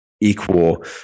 equal